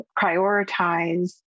prioritize